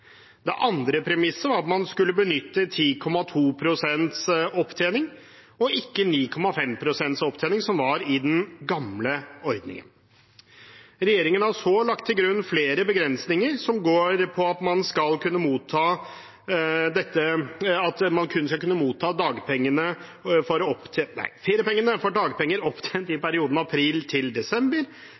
Det andre premisset var at man skulle benytte 10,2 pst. opptjening og ikke 9,5 pst. opptjening, som var i den gamle ordningen. Regjeringen har så lagt til grunn flere begrensninger, som går på at man kun skal kunne motta feriepenger for dagpenger opptjent i perioden april til desember, man